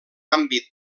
àmbit